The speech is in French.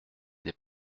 des